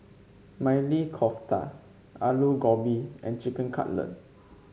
Maili Kofta Alu Gobi and Chicken Cutlet